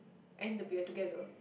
and the beer together